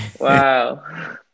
Wow